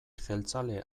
jeltzale